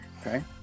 Okay